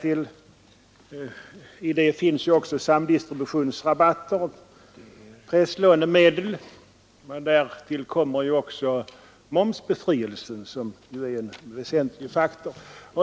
I det finns också samdistributionsrabatter och presslånemedel, och till det kommer även momsbefrielsen som ju är en väsentlig faktor.